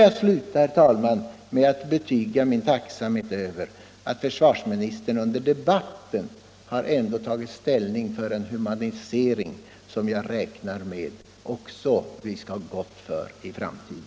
Jag vill till slut, herr talman, betyga min tacksamhet över att försvarsministern under debatten ändå har tagit ställning för en humanisering, något som jag räknar med att vi skall ha gott av för framtiden.